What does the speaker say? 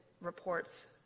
reports